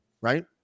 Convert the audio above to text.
right